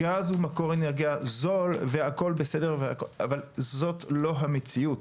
גז הוא מקור אנרגיה זול, אבל זו לא המציאות.